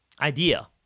idea